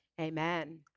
Amen